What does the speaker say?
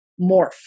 morph